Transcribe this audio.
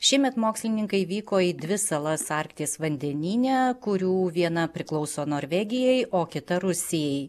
šiemet mokslininkai vyko į dvi salas arkties vandenyne kurių viena priklauso norvegijai o kita rusijai